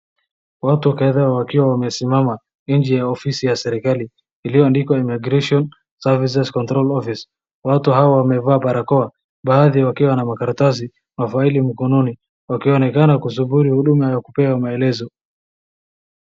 Watu kadhaa wakiwa wamesimama nje ya ofisi ya serikali iliyoandikwa immigration servuces control office . Watu hao wamevaa barakoa baadhi wakiwa na makaratasi na faili mkononi wakionekana kusubiri huduma ya kupewa maelezo.